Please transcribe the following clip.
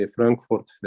Frankfurt